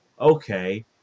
Okay